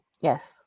yes